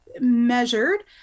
measured